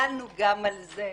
ניהלנו גם על זה דיונים.